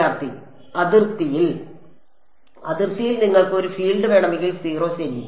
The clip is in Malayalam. വിദ്യാർത്ഥി അതിർത്തിയിൽ അതിർത്തിയിൽ നിങ്ങൾക്ക് ഒരു ഫീൽഡ് വേണമെങ്കിൽ 0 ശരി